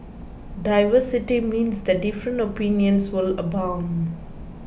diversity means that different opinions will abound